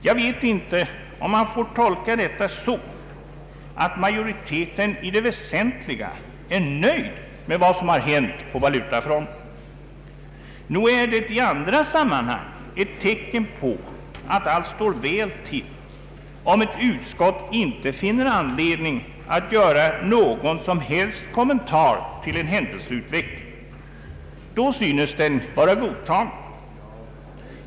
Jag vet inte om jag får tolka detta så att majoriteten i det väsentliga är nöjd med vad som har hänt på valutafronten, Nog är det i andra sammanhang ett tecken på att allt står väl till, om ett utskott inte finner anledning att göra någon som helst kommentar med anledning av en händelseutveckling. Då synes den vara godtagen.